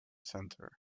centre